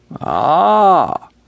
Ah